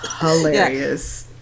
hilarious